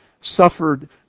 suffered